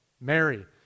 Mary